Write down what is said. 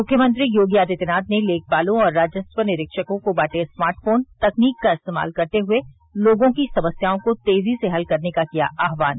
मुख्यमंत्री योगी आदित्यनाथ ने लेखपालों और राजस्व निरीक्षकों को बांटे स्मार्ट फोन तकनीक का इस्तेमाल करते हुए लोगों की समस्याओं को तेजी से हल करने का किया आहवान